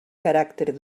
caràcter